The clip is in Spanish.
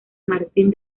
martín